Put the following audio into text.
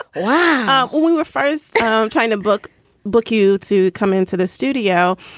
wow. well, we were first um trying to book book you to come into the studio.